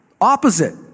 opposite